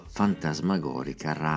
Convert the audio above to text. fantasmagorica